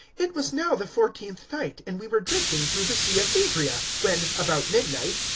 it was now the fourteenth night, and we were drifting through the sea of adria, when, about midnight,